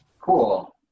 Cool